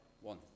one